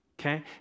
Okay